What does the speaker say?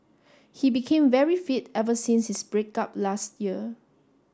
he became very fit ever since his break up last year